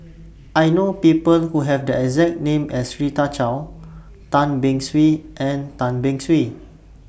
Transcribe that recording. I know People Who Have The exact name as Rita Chao Tan Beng Swee and Tan Beng Swee